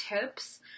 tips